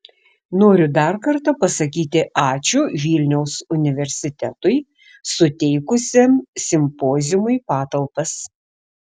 noriu dar kartą pasakyti ačiū vilniaus universitetui suteikusiam simpoziumui patalpas